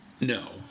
No